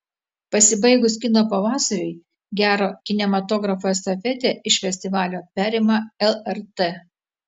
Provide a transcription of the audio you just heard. pasibaigus kino pavasariui gero kinematografo estafetę iš festivalio perima lrt